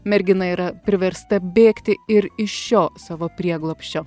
mergina yra priversta bėgti ir iš šio savo prieglobsčio